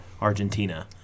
argentina